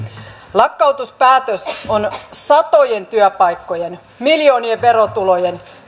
lakkautuspäätös on satojen työpaikkojen miljoonien verotulojen